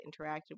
interacted